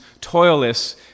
toilless